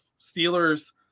Steelers